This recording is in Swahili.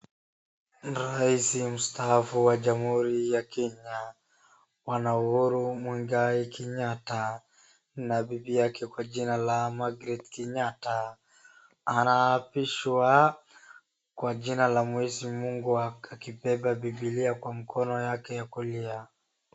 Raisi mstaafu wa jamhuri ya Kenya, bwana Uhuru Muigai Kenyatta, na bibi yake kwa jina Margaret Kenyatta. Anaapishwa kwa jina la mwenyezi mungu akibeba bibilia kwa mkono yake ya kulia.